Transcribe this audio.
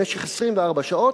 במשך 24 שעות,